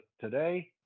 today